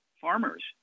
farmers